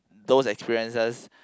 those experiences